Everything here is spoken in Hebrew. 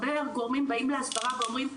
הרבה גורמים באים להסברה ואומרים,